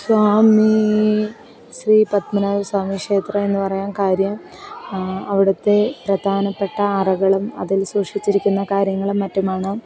സ്വാമീ ശ്രീപദ്മനാഭാസ്വാമി ക്ഷേത്രമെന്ന് പറയാന് കാര്യം അവിട്ത്തേ പ്രധാനപ്പെട്ട അറകളും അതിൽ സൂക്ഷിച്ചിരിക്കുന്ന കാര്യങ്ങളും മറ്റുമാണ്